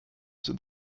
sind